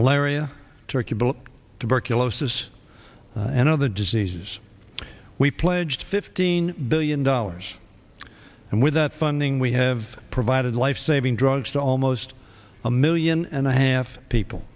turkey tuberculosis and other diseases we pledged fifteen billion dollars and with that funding we have provided lifesaving drugs to almost a million and a half people